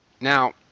Now